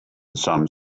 some